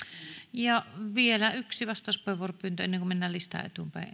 ja vielä yksi vastauspuheenvuoropyyntö ennen kuin mennään listaa